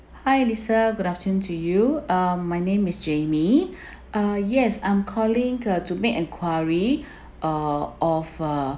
hi lisa good afternoon to you ah my name is jamie ah yes I'm calling to make enquiry uh of a